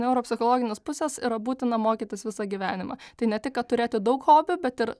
neuropsichologinės pusės yra būtina mokytis visą gyvenimą tai ne tik kad turėti daug hobių bet ir